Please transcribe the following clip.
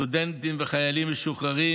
סטודנטים וחיילים משוחררים,